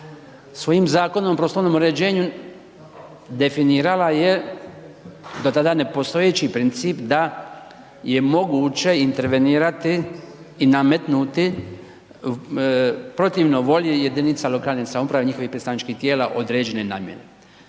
svojim Zakonom o prostornom uređenju definirala je do tada nepostojeći princip da je moguće intervenirati i nametnuti protivno volji jedinica lokalne samouprave i njihovih predstavničkih tijela određene namjene.